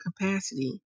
capacity